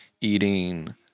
eating